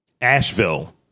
Asheville